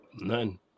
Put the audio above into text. None